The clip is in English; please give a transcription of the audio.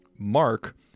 mark